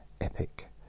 epic